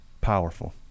Powerful